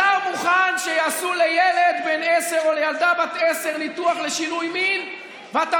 אתה מוכן שיעשו לילד בן עשר או לילדה בת עשר ניתוח לשינוי מין ואתה